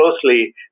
closely